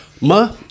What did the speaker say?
ma